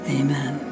amen